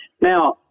Now